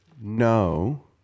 no